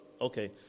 Okay